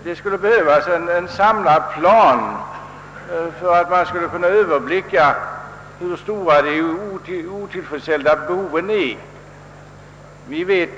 Det skulle behövas en samlad plan för att man skulle kunna klargöra omfattningen av de otillfredsställda lokalbehoven.